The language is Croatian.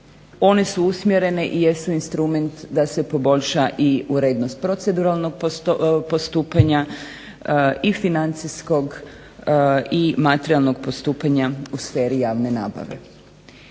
one su usmjerene i jesu instrument da se poboljša i urednost proceduralnog postupanja i financijskog i materijalnog postupanja u sferi javne nabave.